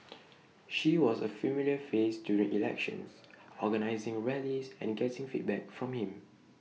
she was A familiar face during elections organising rallies and getting feedback for him